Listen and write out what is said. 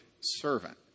servant